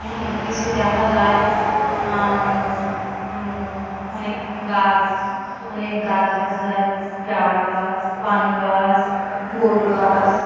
অনেক কিছু দেখা যায় অনেক গাছ অনেক গাছ দেখা যায় কেওড়া গাছ বান গাছ গোল গাছ